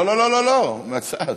לא לא לא לא לא, מהצד.